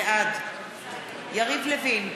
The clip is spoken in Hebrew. בעד יריב לוין,